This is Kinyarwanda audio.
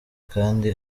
kandi